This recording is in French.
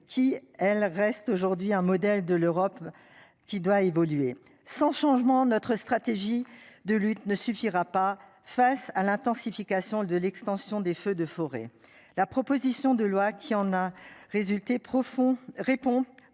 qui elle reste aujourd'hui un modèle de l'Europe qui doit évoluer sans changement notre stratégie de lutte ne suffira pas. Face à l'intensification de l'extension des feux de forêt. La proposition de loi qui en a résulté profond